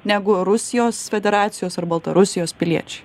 negu rusijos federacijos ar baltarusijos piliečiai